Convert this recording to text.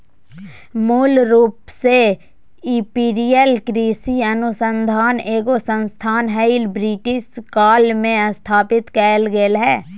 मूल रूप से इंपीरियल कृषि अनुसंधान एगो संस्थान हलई, ब्रिटिश काल मे स्थापित कैल गेलै हल